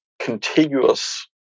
contiguous